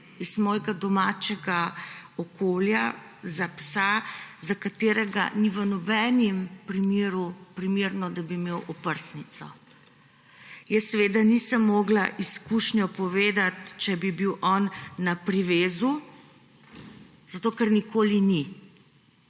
iz mojega domačega okolja za psa, za katerega ni v nobenem primeru primerno, da bi imel oprsnico. Jaz nisem mogla izkušnje povedati, če bi bil on na privezu, zato ker nikoli ni.